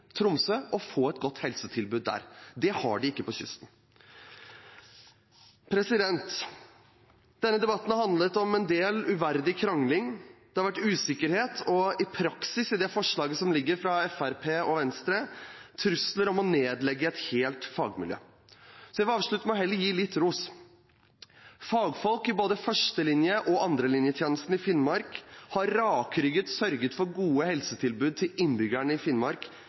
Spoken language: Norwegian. Tromsø og få et godt helsetilbud der. Det har de ikke på kysten. Denne debatten har handlet om en del uverdig krangling, det har vært usikkerhet og i praksis, i forslaget som ligger fra Fremskrittspartiet og Venstre, trusler om å nedlegge et helt fagmiljø. Så jeg vil avslutte med å gi litt ros. Fagfolk i både førstelinje- og andrelinjetjenesten i Finnmark har rakrygget sørget for gode helsetilbud av god kvalitet til innbyggerne i Finnmark